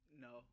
No